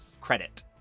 credit